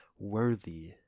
worthy